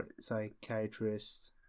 psychiatrist